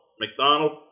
McDonald